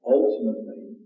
ultimately